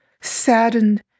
saddened